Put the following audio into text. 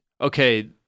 okay